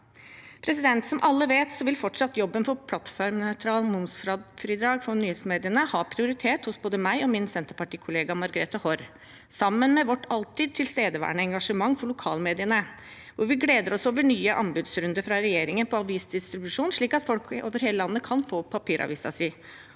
alle vet, vil fortsatt det å jobbe for plattformnøytralt momsfradrag for nyhetsmediene ha prioritet hos både meg og min senterpartikollega Margrethe Haarr, sammen med vårt alltid tilstedeværende engasjement for lokalmediene. Vi gleder oss over nye anbudsrunder fra regjeringen på avisdistribusjon, slik at folk over hele landet kan få papiravisen sin.